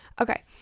Okay